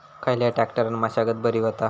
खयल्या ट्रॅक्टरान मशागत बरी होता?